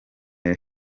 hano